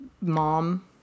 mom